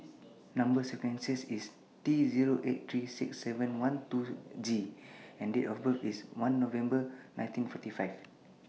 Number sequences IS T Zero eight three six seven one two G and Date of birth IS one November nineteen forty five